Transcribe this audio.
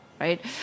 right